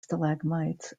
stalagmites